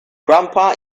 grandpa